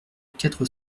quatre